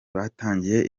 batangiye